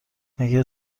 مگه